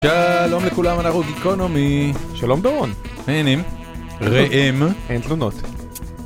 שלום לכולם אנחנו גיקונומי שלום דורון מה עניינים? ראם אין תלונות.